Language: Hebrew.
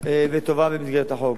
וטובה במסגרת החוק.